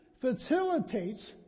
facilitates